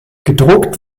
gedruckt